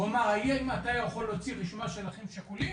הוא שאל אותו 'האם אתה יכול להוציא רשימה של אחים שכולים',